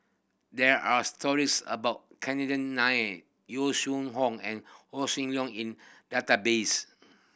there are stories about Chandran Nair Yong Shu Hoong and Hossan Leong in database